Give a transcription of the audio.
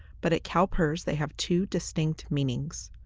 but at calpers they have two distinct meanings.